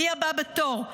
מי הבא בתור?